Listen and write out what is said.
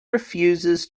refuses